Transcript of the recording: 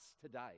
today